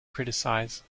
criticise